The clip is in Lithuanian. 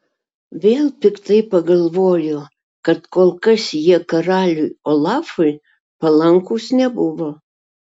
vėl piktai pagalvojo kad kol kas jie karaliui olafui palankūs nebuvo